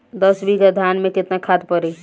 दस बिघा धान मे केतना खाद परी?